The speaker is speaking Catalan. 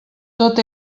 tot